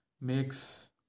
makes